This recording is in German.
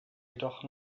jedoch